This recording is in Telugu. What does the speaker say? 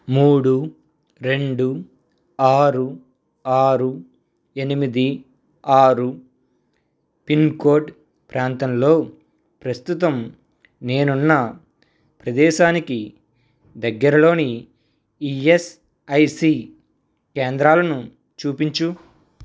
మూడు రెండు ఆరు ఆరు ఎనిమిది ఆరు పిన్కోడ్ ప్రాంతంలో ప్రస్తుతం నేనున్న ప్రదేశానికి దగ్గరలోని ఈఎస్ఐసి కేంద్రాలను చూపించు